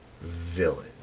villain